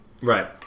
Right